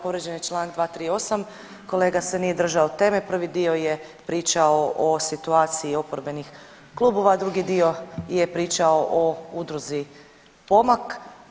Povrijeđen je Članak 238., kolega se nije držao teme, prvi dio je pričao o situaciji oporbenih klubova, a drugi dio je pričao o Udruzi Pomak.